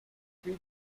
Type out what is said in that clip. three